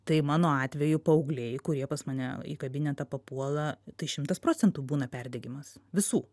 tai mano atveju paaugliai kurie pas mane į kabinetą papuola tai šimtas procentų būna perdegimas visų